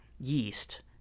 yeast